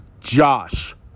Josh